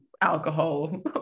alcohol